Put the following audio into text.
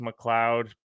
McLeod